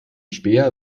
späher